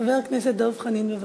חבר הכנסת דב חנין, בבקשה.